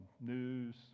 News